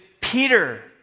Peter